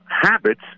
habits